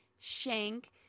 shank